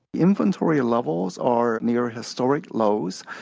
inventory levels are near historic lows.